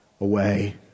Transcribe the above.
away